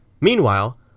Meanwhile